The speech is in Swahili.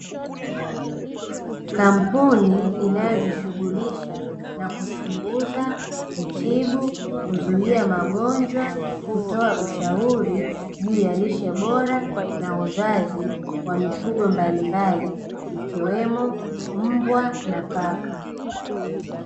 Kampuni inayojishughulisha na kuchunguza, kutibu, kuzuia magonjwa, kutoa ushauri juu ya lishe bora na uzazi ikiwemo mbwa na paka.